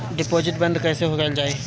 Deposit बंद कैसे कैल जाइ?